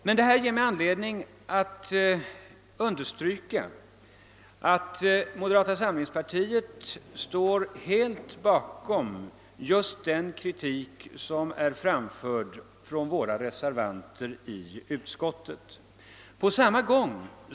Men det ger mig anledning att understryka att moderata samlingspartiet står helt bakom den kritik som våra reservanter i utskottet har framfört.